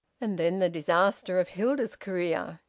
and then the disaster of hilda's career!